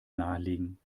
nahelegen